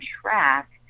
track